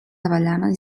avellanes